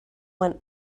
went